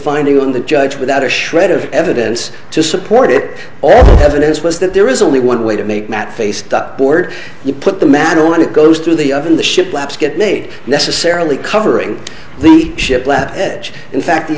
finding on the judge without a shred of evidence to support it all the evidence was that there is only one way to make mat face the board you put the matter on it goes through the oven the ship claps get made necessarily covering the ship left edge in fact the